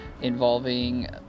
involving